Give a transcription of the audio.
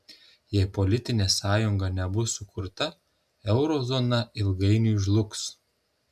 jei politinė sąjunga nebus sukurta euro zona ilgainiui žlugs